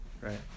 right